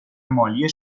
مالی